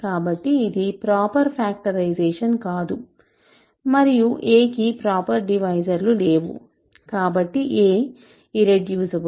కాబట్టి ఇది proper factorisation కాదు మరియు a కి ప్రాపర్ డివైజర్లు లేవు కాబట్టి a ఇర్రెడ్యూసిబుల్